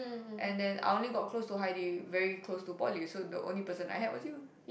and then I only got close to Haidy very close to Poly so the only person I had was you